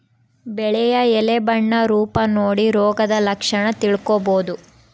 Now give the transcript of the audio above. ಬೆಳೆಯ ಎಲೆ ಬಣ್ಣ ರೂಪ ನೋಡಿ ರೋಗದ ಲಕ್ಷಣ ತಿಳ್ಕೋಬೋದು